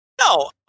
No